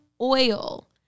oil